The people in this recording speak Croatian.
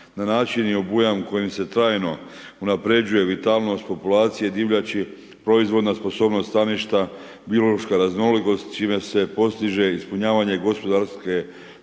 na način i obujam kojim se trajno unaprjeđuje vitalnost populacije divljači, proizvodna sposobnost staništa, biološka raznolikost čime se postiže ispunjavanje gospodarske, turističke